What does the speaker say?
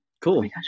cool